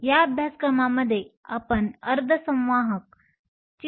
या अभ्यासक्रमामध्ये आपण अर्धसंवाहक semiconductor